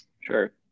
Sure